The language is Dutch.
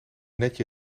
netje